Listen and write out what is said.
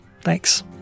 Thanks